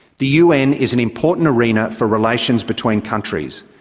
the un is an important arena for relations between countries.